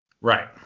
Right